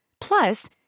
Plus